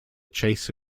chase